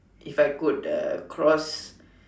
if I could uh cross